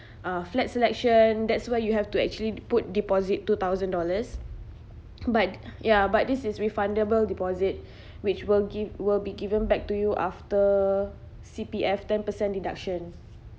uh flat selection that's where you have to actually put deposit two thousand dollars but ya but this is refundable deposit which will give will be given back to you after C_P_F ten percent deduction